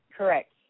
Correct